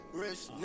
rich